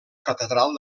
catedral